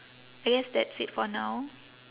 I guess that's it for now